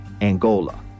Angola